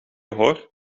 hoor